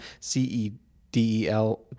CEDEL